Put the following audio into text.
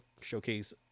showcase